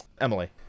Emily